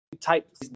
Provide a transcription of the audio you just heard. type